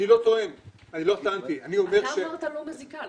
אני אתמול בלילה ניסיתי לדבר ככה,